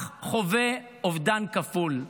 אח חווה אובדן כפול,